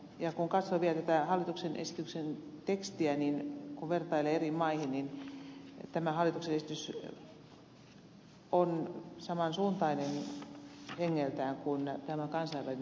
kun katsoo vielä tätä hallituksen esityksen tekstiä kun vertailee eri maihin niin tämä hallituksen esitys on samansuuntainen hengeltään kuin on kansainvälinen lainsäädäntö